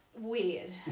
weird